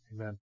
Amen